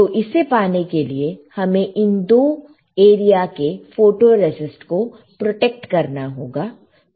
तो इसे पाने के लिए हमें इन दो एरिया के फोटोरेसिस्ट को प्रोटेक्ट करना होगा